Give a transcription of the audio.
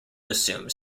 assume